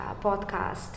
podcast